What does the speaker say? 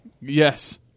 yes